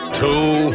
two